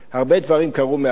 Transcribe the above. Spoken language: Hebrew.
הרבה דברים קרו מאז,